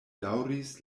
daŭris